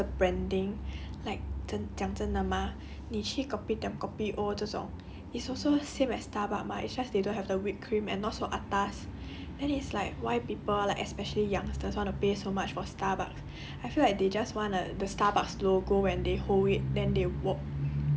ya for me hor I feel like starbucks right it's just a branding like 讲真的 mah 你去 kopitiam kopi O kosong is also same as starbucks but just they don't have the whip cream and not so atas then it's like why people like especially youngsters wanna pay so much for starbucks I feel like they just want the